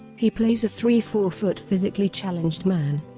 he plays a three-four foot physically challenged man.